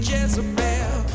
Jezebel